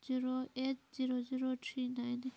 zero eight zero zero three ꯅꯥꯏꯟꯅꯤ